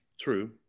True